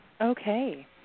Okay